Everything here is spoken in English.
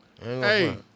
Hey